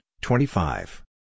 twenty-five